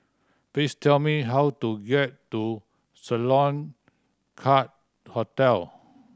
please tell me how to get to Sloane Court Hotel